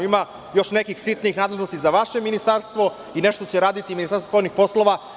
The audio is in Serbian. Ima još nekih sitnih nadležnosti za vaše ministarstvo i nešto što će raditi Ministarstvo spoljnih poslova.